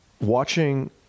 watching